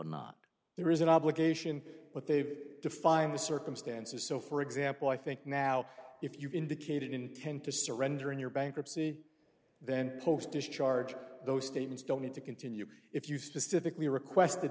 not there is an obligation but they've defined the circumstances so for example i think now if you've indicated intent to surrender in your bankruptcy then post discharge those statements don't need to continue if you specifically requested